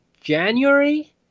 January